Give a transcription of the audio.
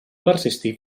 persistir